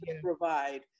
provide